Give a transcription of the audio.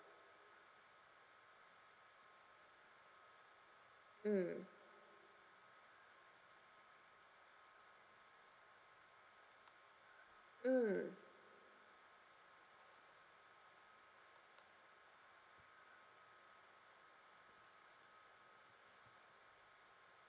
mm mm